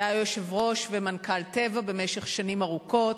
הוא היה יושב-ראש ומנכ"ל "טבע" במשך שנים ארוכות.